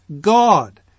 God